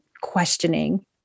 questioning